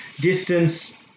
distance